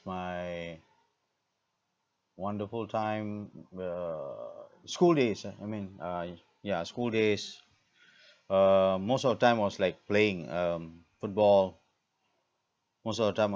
my wonderful time where err school days ah I mean ah ya school days uh most of time was like playing um football most of the time